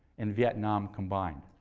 and vietnam combined.